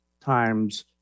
times